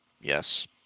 Yes